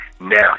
now